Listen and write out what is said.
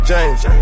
James